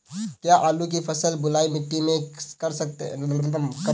क्या आलू की फसल बलुई मिट्टी में लगा सकते हैं?